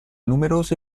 numerose